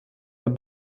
der